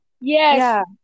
Yes